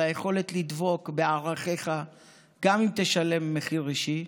על היכולת לדבוק בערכיך גם אם תשלם מחיר אישי.